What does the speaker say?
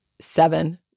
seven